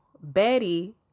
Betty